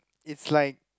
it's like